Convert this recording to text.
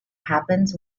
happens